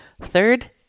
Third